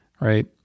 right